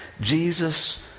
Jesus